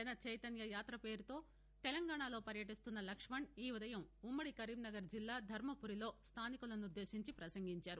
జనచైతన్య యాత పేరుతో తెలంగాణాలో పర్యటిస్తున్న లక్ష్మణ్ ఈ ఉదయం ఉమ్మది కరీంనగర్ జిల్లా ధర్మపురిలో స్థానికులనుద్దేశించి ప్రసంగించారు